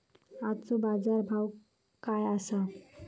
आजचो बाजार भाव काय आसा?